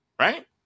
right